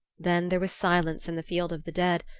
then there was silence in the field of the dead,